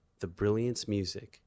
thebrilliancemusic